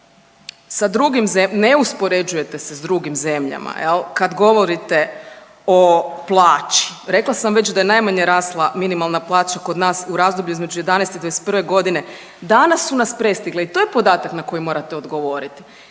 ne uspoređujete se sa drugim zemljama kad govorite o plaći, rekla sam da je najmanje rasla minimalna plaća kod nas u razdoblju između '11. i '21.g., danas su nas prestigle i to je podatak na koji morate odgovorit